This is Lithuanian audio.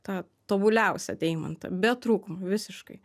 tą tobuliausią deimantą be trūkumų visiškai